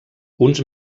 uns